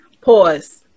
Pause